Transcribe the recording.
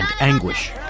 anguish